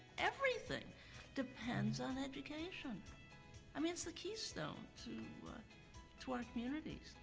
everything depends on education. i mean, it's the keystone to like to our communities.